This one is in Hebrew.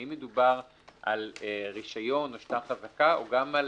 האם מדובר על רישיון או שטר חזקה או גם על